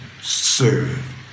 serve